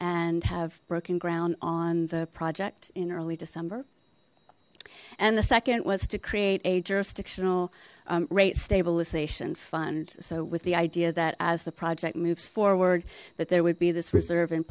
and have broken ground on the project in early december and the second was to create a jurisdictional rate stabilization fund so with the idea that as the project moves forward that there would be this reserve in